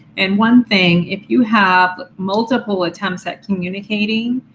and one thing, if you have multiple attempts at communicating,